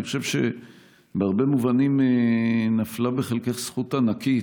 אני חושב שבהרבה מובנים נפלה בחלקך זכות ענקית.